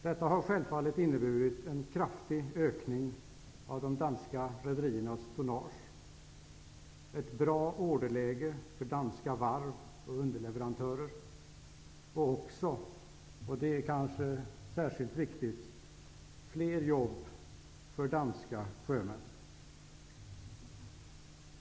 Detta har självfallet inneburit en kraftig ökning av de danska rederiernas tonnage, ett bra orderläge för danska varv och underleverantörer och också -- och det kanske är särskilt viktigt -- fler jobb för danska sjömän.